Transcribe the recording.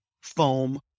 foam